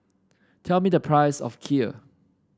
tell me the price of Kheer